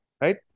Right